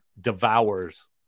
devours